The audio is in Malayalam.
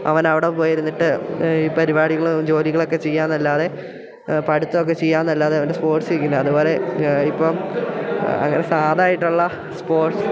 അവനവിടെ പോയിരുന്നിട്ട് ഈ പരിപാടികളും ജോലികളൊക്കെ ചെയ്യാമെന്നല്ലാതെ പഠിത്തമൊക്കെ ചെയ്യാമെന്നല്ലാതെ അവൻ്റെ സ്പോർട്സിക്കുന്ന അതുപോലെ ഇപ്പം അങ്ങനെ സാധാ ആയിട്ടുള്ള സ്പോർട്സ്